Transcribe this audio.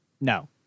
No